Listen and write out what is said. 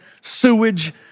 sewage